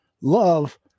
love